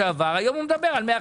היה מדובר לעשות את זה בחוזר.